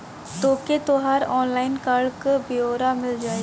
तोके तोहर online card क ब्योरा मिल जाई